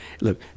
Look